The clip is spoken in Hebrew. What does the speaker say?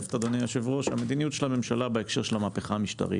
מרחפת מדיניות הממשלה בהקשר המהפכה המשטרית.